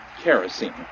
kerosene